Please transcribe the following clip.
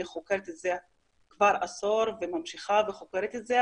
אני חוקרת את זה כבר עשור וממשיכה וחוקרת את זה,